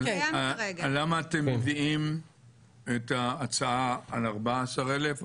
למה אתם מביאים את ההצעה על 14,000?